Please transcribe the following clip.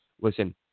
Listen